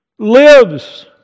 Lives